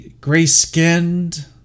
gray-skinned